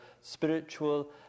spiritual